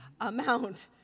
amount